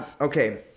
Okay